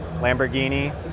lamborghini